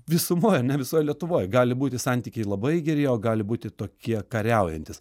visumoj ar ne visoj lietuvoj gali būti santykiai labai geri o gali būti tokie kariaujantys